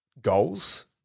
goals